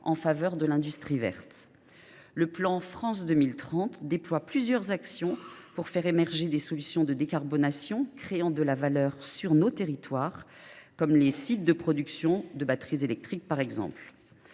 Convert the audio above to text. en faveur de l’industrie verte. D’une part, le plan France 2030 déploie plusieurs actions pour faire émerger des solutions de décarbonation créant de la valeur sur nos territoires, comme les sites de production de batteries électriques. D’autre